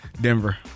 Denver